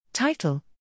Title